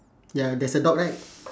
ya there's a dog right